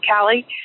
Callie